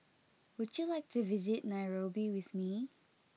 would you like to visit Nairobi with me